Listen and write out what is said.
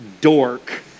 dork